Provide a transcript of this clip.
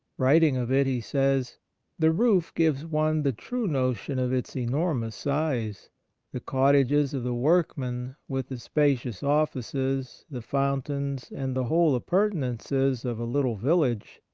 writing of it, he says the roof gives one the true notion of its enormous size the cottages of the workmen, with the spacious offices, the fountains, and the whole appurtenances of a little village,